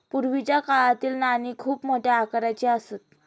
पूर्वीच्या काळातील नाणी खूप मोठ्या आकाराची असत